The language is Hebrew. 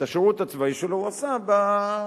את השירות שלו הוא עשה בקונסוליה.